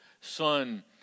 son